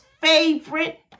favorite